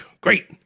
great